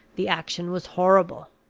the action was horrible.